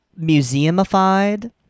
museumified